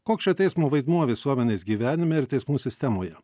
koks šio teismo vaidmuo visuomenės gyvenime ir teismų sistemoje